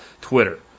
Twitter